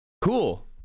cool